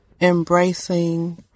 embracing